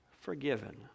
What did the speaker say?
forgiven